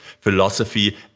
philosophy